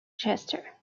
chester